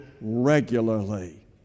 regularly